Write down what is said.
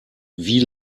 wie